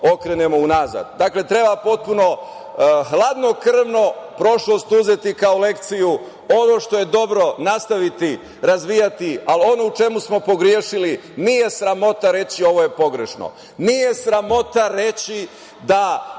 unazad. Dakle, treba potpuno hladnokrvno prošlost uzeti kao lekciju, ono što je dobro nastaviti razvijati, ali ono u čemu smo pogrešili nije sramota reći – ovo je pogrešno. Nije sramota reći da